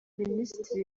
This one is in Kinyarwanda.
minisitiri